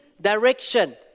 direction